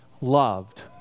loved